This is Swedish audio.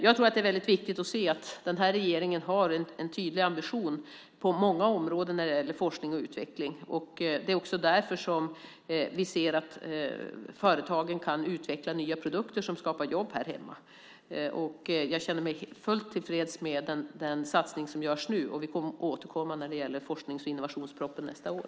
Jag tror att det är väldigt viktigt att se att den här regeringen på många områden har en tydlig ambition när det gäller forskning och utveckling. Det är också därför som vi ser att företagen kan utveckla nya produkter som skapar jobb här hemma. Jag känner mig helt tillfreds med den satsning som nu görs. Vi återkommer till detta i samband med forsknings och innovationspropositionen nästa år.